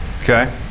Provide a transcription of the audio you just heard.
Okay